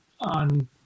on